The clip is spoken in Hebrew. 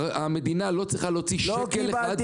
שהמדינה לא צריכה להוציא שקל אחד --- לא קיבלתי